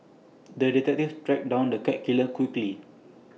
the detective tracked down the cat killer quickly